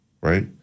right